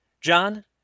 John